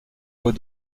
voit